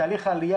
תהליך העלייה,